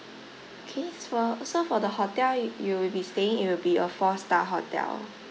K for so for the hotel you you will be staying it will be a four star hotel